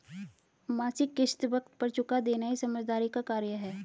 मासिक किश्त वक़्त पर चूका देना ही समझदारी का कार्य है